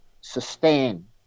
sustain